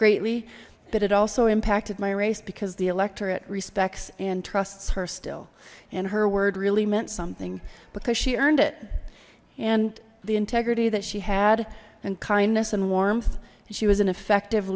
greatly but it also impacted my race because the electorate respects and trusts her still and her word really meant something because she earned it and the integrity that she had and kindness and warmth and she was an effective